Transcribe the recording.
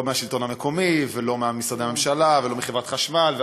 לא מהשלטון המקומי ולא ממשרדי הממשלה ולא מחברת חשמל.